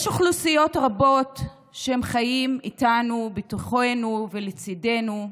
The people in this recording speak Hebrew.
יש אוכלוסיות רבות החיות איתנו, בתוכנו ולצידנו,